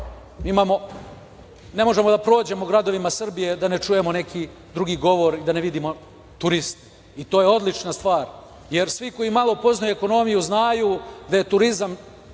Ne možemo da prođemo gradovima Srbije da ne čujemo neki drugi govor i da ne vidimo turiste. To je odlična stvar, jer svi koji malo poznaju ekonomiju, znaju da turizam